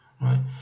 right